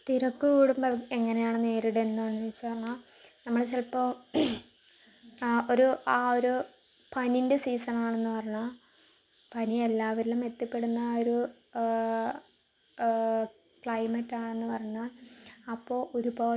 എല്ലാ മതത്തിലും അവരവരുടേതായ ആചാരങ്ങളും കാര്യങ്ങളൊക്കെയുണ്ടാകും അവരവര് അവരവരുടെ വിശ്വാസങ്ങളും കാര്യങ്ങളും ഇപ്പോൾ ഓരോ രീതിലായിരിക്കും വ്യത്യസ്തമായ രീതികളിലായിരിക്കും പിന്നെ ഈ അമ്പലങ്ങളിലക്കെ കാണാം ശാന്തിമാര് കാര്യങ്ങള് അവര് പൂണൂല് കാര്യങ്ങളൊക്കെ യൂസ് ചെയ്യുന്നതും അവരുടെ